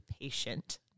patient